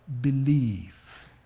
Believe